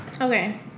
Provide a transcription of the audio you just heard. Okay